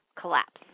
collapse